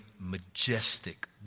majestic